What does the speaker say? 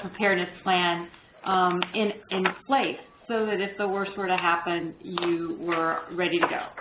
preparedness plan in in place. so that if the worst were to happen, you were ready to go.